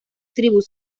tribus